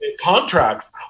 contracts